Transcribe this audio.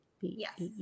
Yes